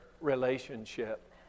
relationship